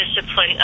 discipline